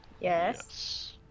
Yes